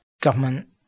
government